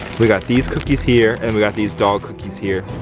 we got these cookies here. and we got these dog cookies here.